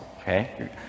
Okay